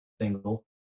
single